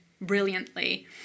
brilliantly